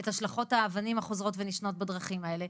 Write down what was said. את השלכות האבנים החוזרות ונשנות בדרכים האלה.